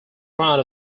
round